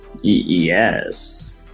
Yes